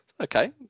okay